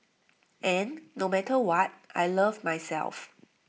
and no matter what I love myself